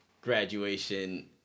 graduation